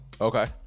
Okay